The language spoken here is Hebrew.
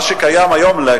מה שקיים כבר היום,